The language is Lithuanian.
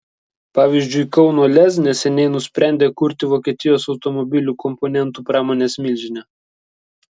pavyzdžiui kauno lez neseniai nusprendė kurti vokietijos automobilių komponentų pramonės milžinė